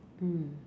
mm